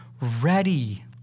ready